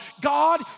god